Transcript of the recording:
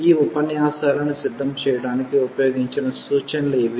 ఈ ఉపన్యాసాలను సిద్ధం చేయడానికి ఉపయోగించిన సూచనలు ఇవి